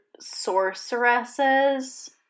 sorceresses